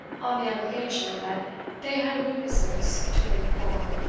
on the allegation that they had witnesses to bring forward,